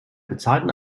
bezahlten